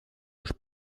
лишь